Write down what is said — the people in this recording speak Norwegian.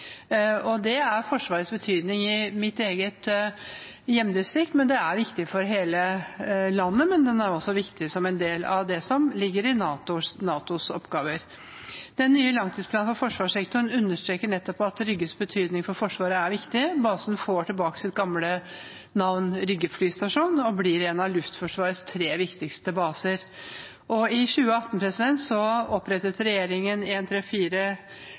Det er Forsvarets betydning i mitt eget hjemdistrikt, men det er også viktig for hele landet. Det er også viktig som en del av det som ligger i NATOs oppgaver. Den nye langtidsplanen for forsvarssektoren understreker nettopp at Rygges betydning for Forsvaret er viktig. Basen får tilbake sitt gamle navn, Rygge flystasjon, og blir en av Luftforsvarets tre viktigste baser. I 2018 opprettet regjeringen